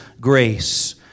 grace